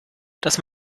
dass